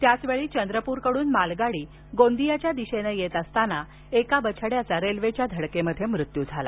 त्याचवेळी चंद्रपूरकडून मालगाडी गोंदियाच्या दिशेनं येत असताना एका बछड्याचा रेल्वेच्या धडकेनं मृत्यू झाला